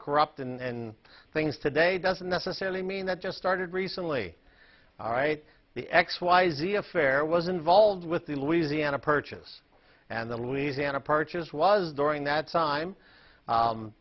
corrupt and things today doesn't necessarily mean that just started recently all right the x y z affair was involved with the louisiana purchase and the louisiana purchase was during that time